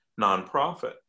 nonprofit